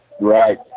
Right